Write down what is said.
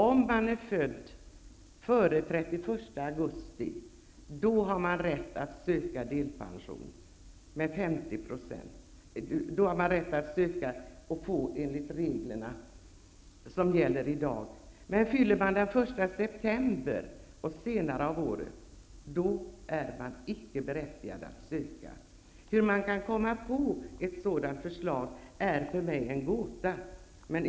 Om man är född före den 31 augusti på året har man rätt att söka och enligt dagens regler få en delpension med 50 %. Om man fyller den 1 september eller senare på året är man emellertid inte berättigad att söka. Hur man kan komma på ett sådant förslag är för mig en gåta.